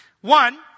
One